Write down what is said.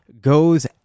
goes